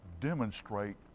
demonstrate